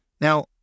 Now